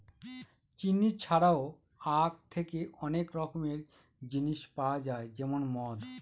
চিনি ছাড়াও আঁখ থেকে অনেক রকমের জিনিস পাওয়া যায় যেমন মদ